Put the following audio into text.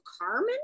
Carmen